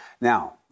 Now